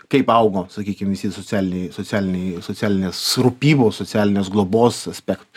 kaip augo sakykim visi socialiniai socialiniai socialinės rūpybos socialinės globos aspek